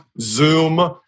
Zoom